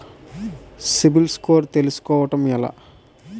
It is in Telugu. సిబిల్ స్కోర్ తెల్సుకోటం ఎలా?